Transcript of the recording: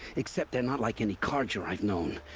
except they're not like any carja i've known.